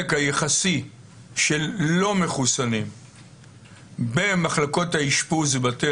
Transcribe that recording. החלק היחסי של לא מחוסנים במחלקות האשפוז בבתי